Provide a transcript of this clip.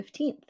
15th